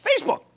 Facebook